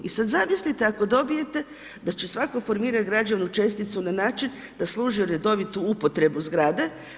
I sada zamislite ako dobijete da će svako formirati građevnu česticu na način da služi redovitu upotrebu zgrade.